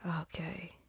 okay